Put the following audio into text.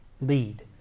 lead